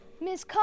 Miss